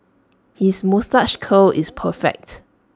his moustache curl is perfect